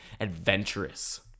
adventurous